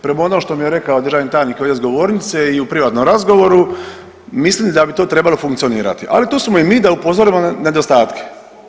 Prema ono što mije rekao državni tajnik sa ove govornice i u privatnom razgovoru mislim da bi to trebalo funkcionirati, ali tu smo i mi da upozorimo na nedostatke.